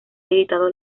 editado